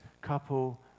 couple